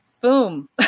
Boom